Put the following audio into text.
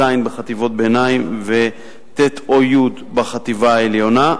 ז' בחטיבות ביניים וט' או י' בחטיבה העליונה,